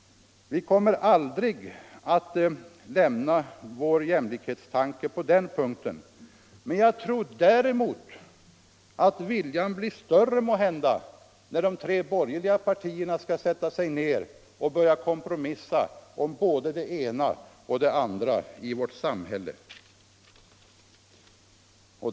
Vi kommer aldrig att lämna vår jämlikhetstanke på den punkten. Men jag tror att viljan blir större när de tre borgerliga partierna skall sätta sig ned och börja kompromissa om både det ena och det andra i vårt samhälle.